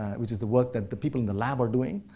which is the work that the people in the lab are doing.